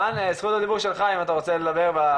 רן, זכות הדיבור שלך אם אתה רוצה לדבר.